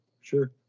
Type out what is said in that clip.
Sure